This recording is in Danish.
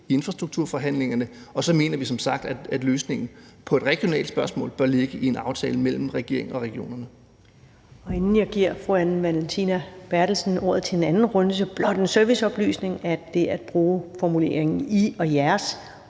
i infrastrukturforhandlingerne, og så mener vi som sagt, at løsningen på et regionalt spørgsmål bør ligge i en aftale mellem regeringen og regionerne. Kl. 19:15 Første næstformand (Karen Ellemann): Inden jeg giver fru Anne Valentina Berthelsen ordet til en anden runde, vil jeg blot komme med den serviceoplysning, at det at bruge udtrykkene I og jeres